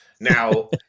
Now